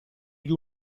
gli